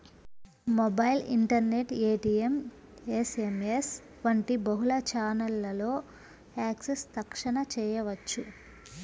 mobile, internet, ATM, SMS వంటి బహుళ ఛానెల్లలో యాక్సెస్ తక్షణ చేయవచ్చు